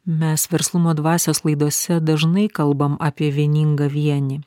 mes verslumo dvasios laidose dažnai kalbam apie vieningą vienį